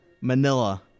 Manila